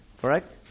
Correct